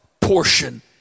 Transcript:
portion